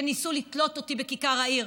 שניסו לתלות אותי בכיכר העיר,